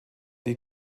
die